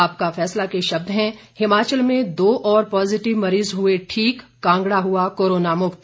आपका फैसला के शब्द हैं हिमाचल में दो और पॉजिटिव मरीज हुए ठीक कांगड़ा हुआ कोरोना मुक्त